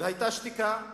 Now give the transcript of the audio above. והיתה שתיקה,